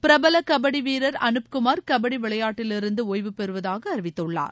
பிரபல கபடி வீரர் அனுப் குமார் கபடி விளையாட்டிலிருந்து ஒய்வு பெறுவதாக அறிவித்துள்ளார்